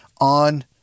on